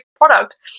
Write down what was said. product